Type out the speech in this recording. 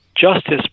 justice